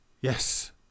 Yes